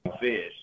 fish